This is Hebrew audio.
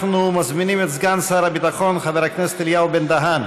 אנחנו מזמינים את סגן שר הביטחון חבר הכנסת אליהו בן-דהן